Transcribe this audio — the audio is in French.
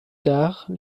tard